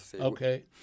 Okay